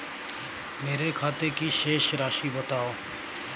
मेरे खाते की शेष राशि बताओ?